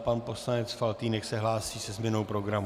Pan poslanec Faltýnek se hlásí ze změnou programu.